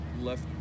left